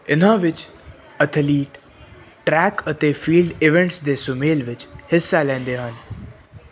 ਇਨ੍ਹਾਂ ਵਿੱਚ athlete track ਅਤੇ ਫੀਲਡ ਈਵੈਂਟਸ ਦੇ ਸੁਮੇਲ ਵਿੱਚ ਹਿੱਸਾ ਲੈਂਦੇ ਹਨ